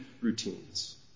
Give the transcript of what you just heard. routines